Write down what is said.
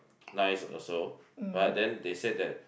nice also but then they said that